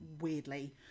weirdly